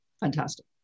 fantastic